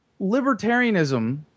libertarianism